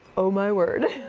oh, my word.